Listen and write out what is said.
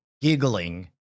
giggling